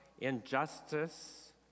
injustice